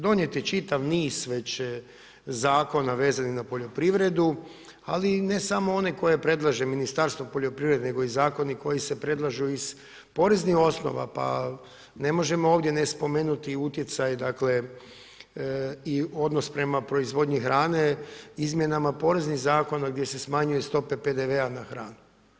Donijeti čitav niz već zakona vezanih za poljoprivredu, ali ne samo one koje predlaže Ministarstvo poljoprivrede, nego i zakoni koji se predlažu iz poreznih osnova pa ne možemo ovdje ne spomenuti utjecaj i odnos prema proizvodnji hrane izmjenama poreznih zakona gdje se smanjuju stope PDV-a na hranu.